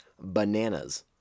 bananas